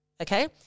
Okay